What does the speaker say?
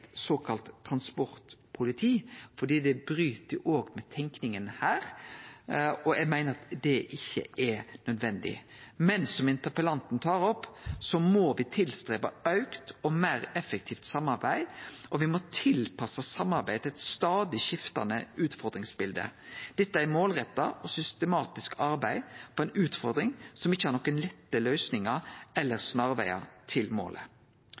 såkalla transportpoliti, fordi det bryt med tenkinga her, og eg meiner at det ikkje er nødvendig. Men som interpellanten tar opp, må me søkje å få til auka og meir effektivt samarbeid, og me må tilpasse samarbeidet til eit stadig skiftande utfordringsbilde. Dette er målretta og systematisk arbeid på ei utfordring som ikkje har nokon lette løysingar eller snarvegar til målet.